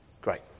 great